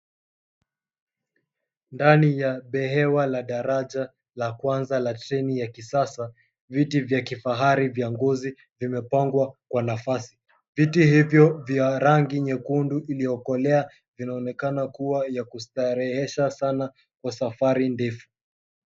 Ndani ya behewa la daraja la kwanza la treni ya kisasa viti vya kifahari vya ngozi vimepangwa kwa nafasi. Viti hivyo vya rangi nyekundu iliyokolea vinaonekana kuwa ya kustarehesha sana kwa safari ndefu.